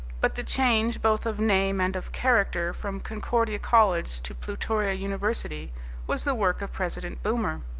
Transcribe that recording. but the change both of name and of character from concordia college to plutoria university was the work of president boomer.